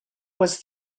was